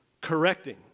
correcting